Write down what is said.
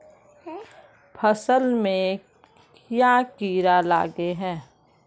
फसल में क्याँ कीड़ा लागे है?